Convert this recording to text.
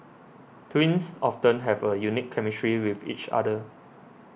twins often have a unique chemistry with each other